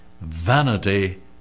vanity